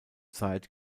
zeit